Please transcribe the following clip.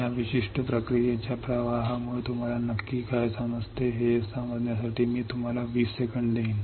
या विशिष्ट प्रक्रियेच्या प्रवाहामुळे तुम्हाला नक्की काय समजते हे समजण्यासाठी मी तुम्हाला 20 सेकंद देईन